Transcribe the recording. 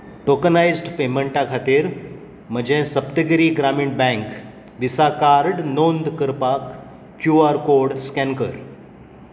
tokenised पेमेंटा खातीर म्हजें Saptagiri Grameena bank Visa card नोंद करपाक क्यू आर कोड स्कॅन कर